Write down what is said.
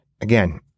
Again